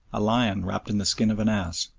a lion wrapped in the skin of an ass!